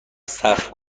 سخت